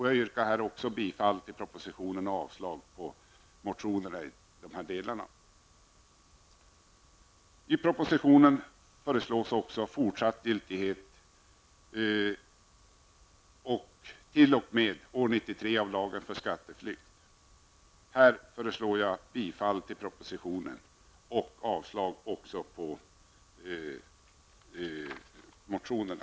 Jag yrkar också här bifall till propositionen och avslag på motionerna i dessa delar. I propositionen föreslås också fortsatt giltighet t.o.m. år 1993 av lagen om skatteflykt. Här föreslår jag bifall till propositionen och avslag på motionerna.